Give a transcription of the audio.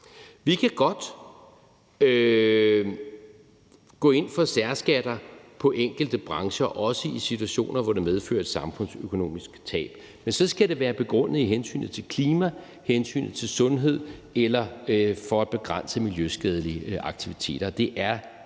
Vi kan godt gå ind for særskatter på enkelte brancher, også i situationer, hvor det medfører et samfundsøkonomisk tab, men så skal det være begrundet i hensynet til klima, hensynet til sundhed eller for at begrænse miljøskadelige aktiviteter, og det er der